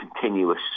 continuous